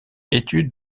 études